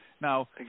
Now